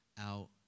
out